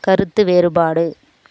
கருத்து வேறுபாடு